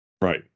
Right